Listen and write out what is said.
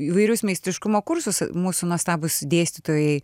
įvairius meistriškumo kursus mūsų nuostabūs dėstytojai